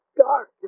dark